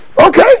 okay